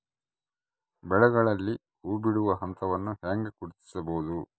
ಬೆಳೆಗಳಲ್ಲಿ ಹೂಬಿಡುವ ಹಂತವನ್ನು ಹೆಂಗ ಗುರ್ತಿಸಬೊದು?